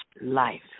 life